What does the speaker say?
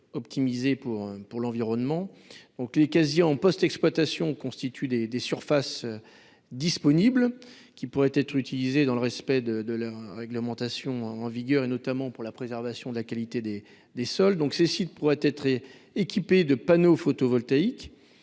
optimisée pour pour l'environnement, donc les quasi en post-exploitation constituent des des surfaces disponibles qui pourraient être utilisés dans le respect de la réglementation en vigueur, et notamment pour la préservation de la qualité des des sols donc ces sites pourraient être équipé de panneaux photovoltaïques,